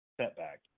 setback